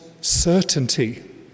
certainty